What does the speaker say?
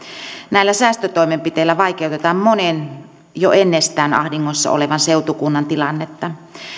näillä säästötoimenpiteillä vaikeutetaan monen jo ennestään ahdingossa olevan seutukunnan tilannetta